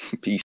Peace